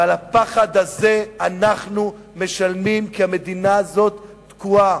ועל הפחד הזה אנחנו משלמים, כי המדינה הזאת תקועה.